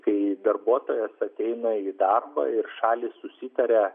kai darbuotojas ateina į darbą ir šalys susitaria